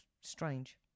strange